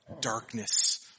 darkness